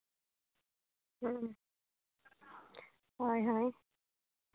ᱦᱳᱭ ᱦᱳᱭ